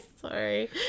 Sorry